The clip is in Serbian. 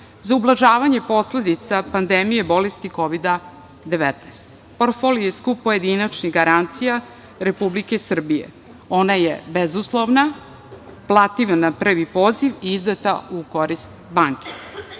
za ublažavanje posledica pandemije bolesti Kovid-19. Portfolio je skup pojedinačnih garancija Republike Srbije. Ona je bezuslovna, plativa na prvi poziv i izdata u korist